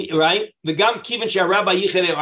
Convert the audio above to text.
right